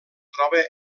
troba